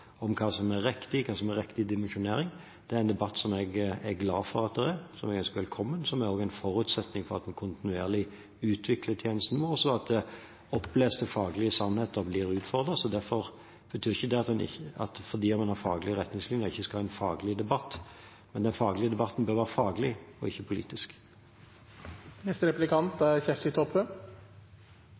om hva som er riktig, hva som er riktig dimensjonering. Det er en debatt som jeg er glad for, som jeg ønsker velkommen, og som også er en forutsetning for at vi kontinuerlig utvikler tjenesten vår så oppleste faglige sannheter blir utfordret. Derfor betyr ikke det at en har faglige retningslinjer, at en ikke skal ha faglig debatt. Men den faglige debatten bør være faglig, ikke politisk. Eg vil starta der førre replikant sleppte. Ingen er